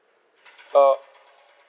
uh